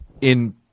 in-